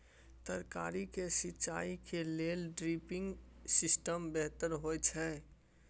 तरकारी के सिंचाई के लेल ड्रिपिंग सिस्टम बेहतर होए छै?